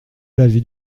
l’avis